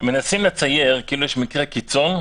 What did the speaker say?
מנסים לצייר כאילו יש מקרי קיצון,